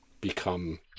become